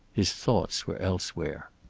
his thoughts were elsewhere.